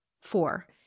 four